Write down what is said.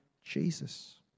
jesus